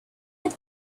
had